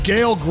Gail